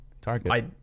Target